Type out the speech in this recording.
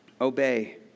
obey